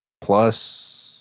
plus